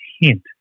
hint